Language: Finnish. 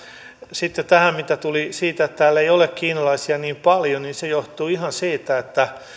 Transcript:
sitten mitä tulee siihen että täällä ei ole kiinalaisia niin paljon niin se johtuu ihan siitä että